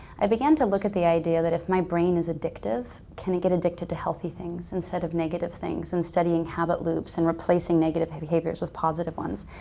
i began to look at the idea that if my brain is addictive, can it get addicted to healthy things instead of negative things? and studying habit loops and replacing negative behaviors with positive ones.